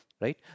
right